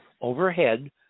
overhead